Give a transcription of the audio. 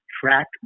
track